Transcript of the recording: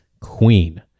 Queen